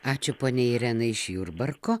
ačiū ponia irena iš jurbarko